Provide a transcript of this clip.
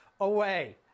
away